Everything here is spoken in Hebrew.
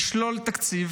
לשלול תקציב